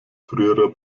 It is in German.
früherer